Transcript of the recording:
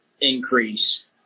increase